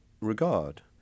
regard